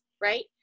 right